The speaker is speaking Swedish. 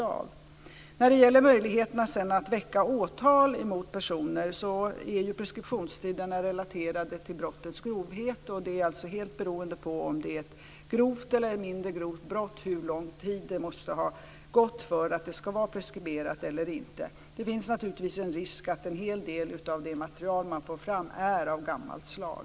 När det sedan gäller möjligheterna att väcka åtal mot personer vill jag säga att preskriptionstiderna är relaterade till brottets grovhet. Hur lång tid som ska ha förflutit för att brottet ska vara preskriberat eller inte är alltså helt beroende av om det är ett grovt eller ett mindre grovt brott. Det finns naturligtvis en risk att en hel del av det material som man får fram är av gammalt slag.